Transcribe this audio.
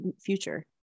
future